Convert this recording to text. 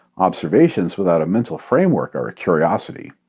observations without a mental framework are a curiosity.